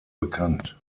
bekannt